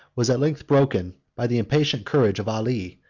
was at length broken by the impatient courage of ali,